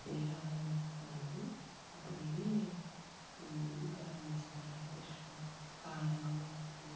ಅದೆಲ್ಲ ರುಬ್ಬಿಕೊಂಡು ಅದರಲ್ಲಿ ಗರಂ ಮಸಾಲೆ ಅರಿಶ್ಣ ಖಾರ ಉಪ್ಪು